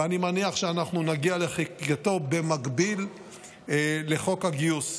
ואני מניח שאנחנו נגיע לחקיקתו במקביל לחוק הגיוס.